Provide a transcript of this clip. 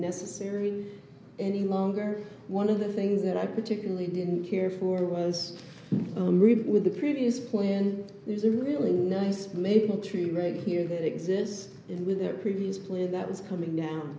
necessary any longer one of the things that i particularly didn't care for was i'm really with a previous plan there's a really nice maple tree right here that exists in with their previous plan that was coming down